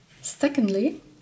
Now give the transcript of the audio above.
Secondly